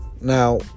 Now